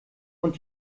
und